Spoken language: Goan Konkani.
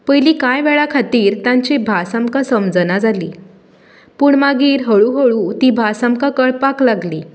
पयलीं कांय वेळा खातीर तांची भास आमकां समजना जाली पूण मागीर हळू हळू ती भास आमकां कळपाक लागली